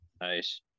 Nice